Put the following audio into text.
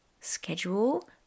schedule